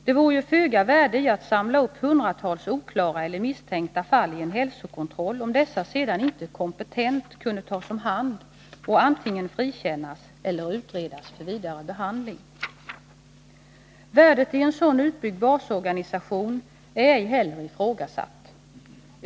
Det vore ju föga värde i att samla upp hundratals oklara eller misstänkta fall i en hälsokontroll, om dessa sedan inte kompetent kunde tas om hand och antingen frikännas eller utredas vidare för behandling. Värdet i en sådan utbyggd basorganisation är ej heller ifrågasatt.